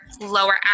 lower